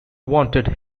wanted